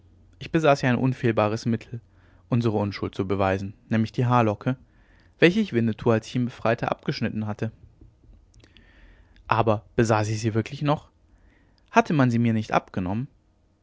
ich besaß ja ein unfehlbares mittel unsere unschuld zu beweisen nämlich die haarlocke welche ich winnetou als ich ihn befreite abgeschnitten hatte aber besaß ich sie wirklich noch hatte man sie mir nicht abgenommen